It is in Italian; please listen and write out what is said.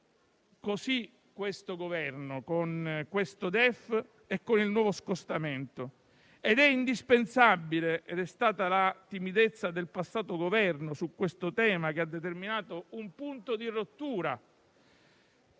così questo Governo, con questo DEF e con il nuovo scostamento. È stata la timidezza del passato Governo su questo tema a determinare un punto di rottura